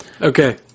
Okay